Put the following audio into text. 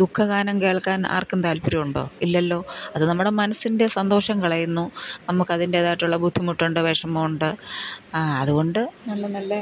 ദുഖഗാനം കേൾക്കാൻ ആർക്കും താൽപ്പര്യമുണ്ടോ ഇല്ലല്ലോ അത് നമ്മുടെ മനസ്സിൻ്റെ സന്തോഷം കളയുന്നു നമുക്ക് അതിൻറേതായിട്ടുള്ള ബുദ്ധിമുട്ടുണ്ട് വിഷമമുണ്ട് അതുകൊണ്ട് നല്ലനല്ല